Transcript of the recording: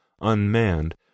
unmanned